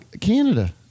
Canada